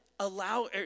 allow